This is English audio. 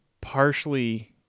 partially